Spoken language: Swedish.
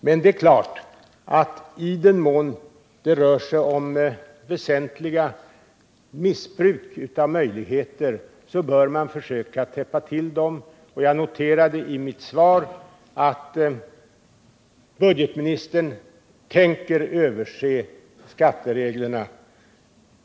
Men det är klart att i den mån det rör sig om väsentliga missbruk av möjligheter bör man försöka täppa till de hål som gör detta missbruk möjligt, och jag noterade i mitt svar att budgetoch ekonomiministern tänker göra en översyn av skattereglerna.